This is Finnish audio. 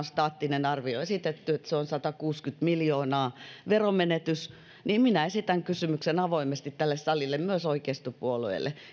staattinen arvio on esitetty että veromenetys on satakuusikymmentä miljoonaa niin minä esitän kysymyksen avoimesti tälle salille myös oikeistopuolueille